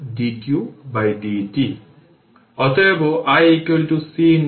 অতএব i c dbdt